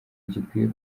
gikwiye